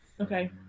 okay